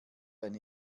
eine